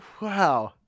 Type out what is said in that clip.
Wow